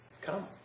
come